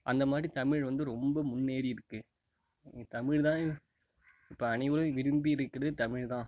அந்த மாதிரி தமிழ் வந்து ரொம்ப முன்னேறி இருக்குது தமிழ் தான் இப்போ அனைவரும் விரும்பி இருக்கிறது தமிழ்தான்